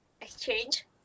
exchange